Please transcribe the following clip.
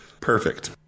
perfect